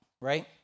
right